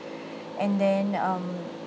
and then um